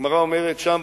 הגמרא אומרת שם,